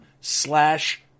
slash